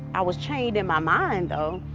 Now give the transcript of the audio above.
i was chained in my mind, though.